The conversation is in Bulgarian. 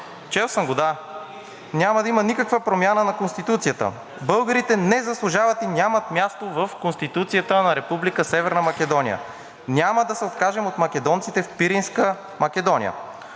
Чел съм го, да. Няма да има никаква промяна на Конституцията. Българите не заслужват и нямат място в Конституцията на Република Северна Македония. Няма да се откажем от македонците в Пиринска Македония.